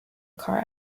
car